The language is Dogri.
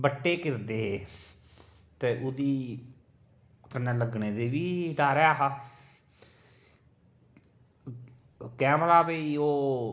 बट्टे किरदे हे ते ओह्दी कन्नै लग्गने दा बी डर ऐहा कैंह् भला कि भई ओह्